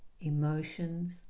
emotions